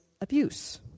abuse